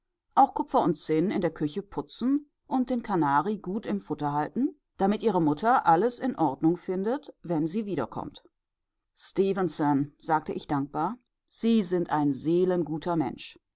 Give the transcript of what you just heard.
auch kupfer und zinn in der küche putzen und den kanari gut im futter halten damit ihre mutter alles in ordnung findet wenn sie wiederkommt stefenson sagte ich dankbar sie sind ein seelenguter mensch